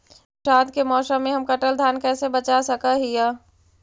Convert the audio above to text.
बरसात के मौसम में हम कटल धान कैसे बचा सक हिय?